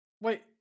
Wait